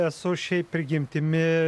esu šiaip prigimtimi